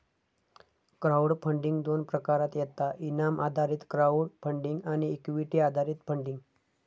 crowd funding दोन प्रकारात येता इनाम आधारित क्राउड फंडिंग आणि इक्विटी आधारित फंडिंग